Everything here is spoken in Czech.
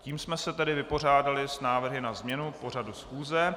Tím jsme se tedy vypořádali s návrhy na změnu pořadu schůze.